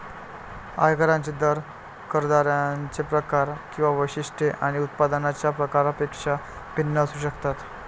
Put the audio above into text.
आयकरांचे दर करदात्यांचे प्रकार किंवा वैशिष्ट्ये आणि उत्पन्नाच्या प्रकारापेक्षा भिन्न असू शकतात